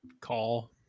call